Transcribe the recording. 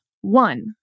one